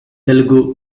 telugu